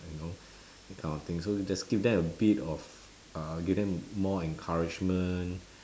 like you know that kind of thing so just give them a bit of uh give them more encouragement